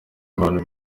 abantu